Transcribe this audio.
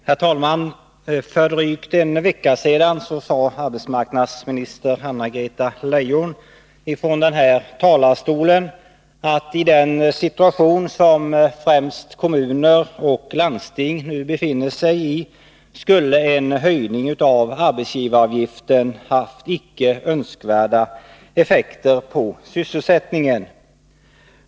Herr talman! För drygt en vecka sedan sade arbetsmarknadsminister Anna-Greta Leijon från den här talarstolen, att i den situation som främst kommuner och landsting nu befinner sig i, skulle en höjning av arbetsgivaravgiften ha icke önskvärda effekter på sysselsättningen.